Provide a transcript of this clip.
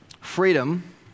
Freedom